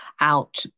out